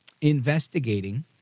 investigating